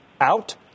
out